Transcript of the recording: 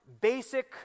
basic